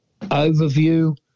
overview